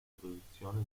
produzione